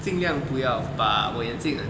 尽量不要吧我眼镜很